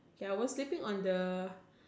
okay I was sleeping on the